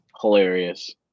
hilarious